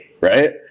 right